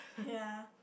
ya